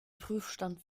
prüfstand